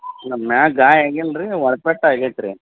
ಇಲ್ಲ ಮ್ಯಾಗ ಗಾಯ ಆಗಿಲ್ಲ ರೀ ಒಳ್ಪೆಟ್ಟು ಆಗೇತಿ ರೀ